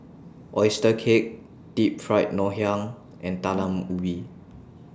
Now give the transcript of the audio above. Oyster Cake Deep Fried Ngoh Hiang and Talam Ubi